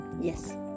yes